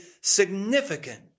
significant